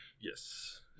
Yes